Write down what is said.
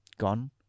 gone